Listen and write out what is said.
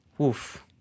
oof